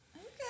Okay